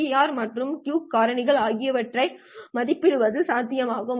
BER மற்றும் Q காரணி ஆகியவற்றை மதிப்பிடுவது சாத்தியமாகும்